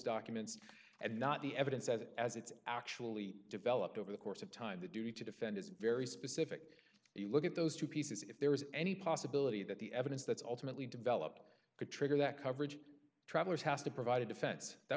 documents and not the evidence as it as it's actually developed over the course of time the duty to defend is very specific you look at those two pieces if there is any possibility that the evidence that's ultimately developed could trigger that coverage travellers has to provide a defense that